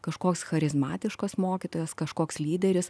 kažkoks charizmatiškas mokytojas kažkoks lyderis